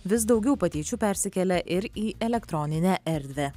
vis daugiau patyčių persikelia ir į elektroninę erdvę